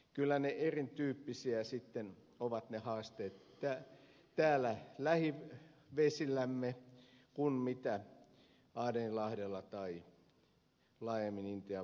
kyllä ne erityyppisiä sitten ovat ne haasteet täällä lähivesillämme kuin adeninlahdella tai laajemmin intian valtamerellä